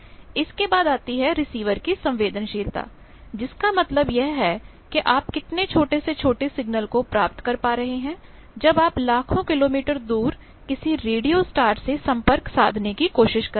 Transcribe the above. इसके बाद आती है रिसीवर की संवेदनशीलता जिसका मतलब यह है कि आपकितने छोटे से छोटे सिग्नल को प्राप्त कर पा रहे हैं जब आप लाखों किलोमीटर दूर किसी रेडियो स्टार से संपर्क साधने की कोशिश कर रहे हैं